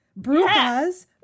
Brujas